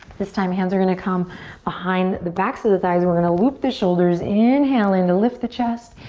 this time hands are gonna come behind the backs of the thighs. we're gonna loop the shoulders, inhale in to lift the chest.